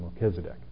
Melchizedek